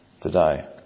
today